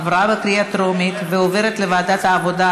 עברה בקריאה טרומית ועוברת לוועדת העבודה,